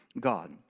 God